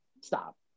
stop